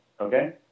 Okay